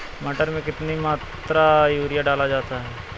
मटर में कितनी मात्रा में यूरिया डाला जाता है?